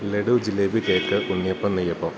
laddu jalebi cake unniyappam നെയ്യപ്പം